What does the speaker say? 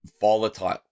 volatile